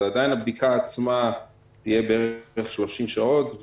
עדיין הבדיקה עצמה תהיה בערך תוך 30 שעות.